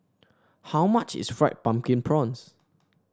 how much is Fried Pumpkin Prawns